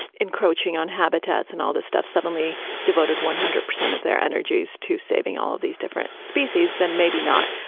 encroaching on habitats and all this stuff suddenly devoted one hundred percent of their energies to saving all of these different species, then maybe not.